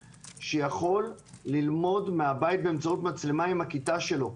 שיוכלו ללמוד מהבית באמצעות מצלמה עם הכיתה שלהם.